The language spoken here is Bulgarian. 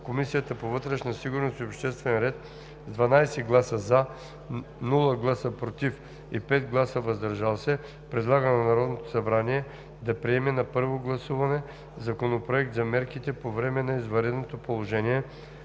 обществен ред с 12 гласа „за“, без „против“ и 5 гласа „въздържал се“ предлага на Народното събрание да приеме на първо гласуване Законопроект за мерките по време на извънредното положение,